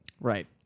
Right